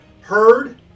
heard